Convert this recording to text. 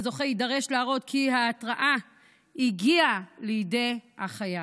הזוכה יידרש להראות כי ההתראה הגיעה לידי החייב,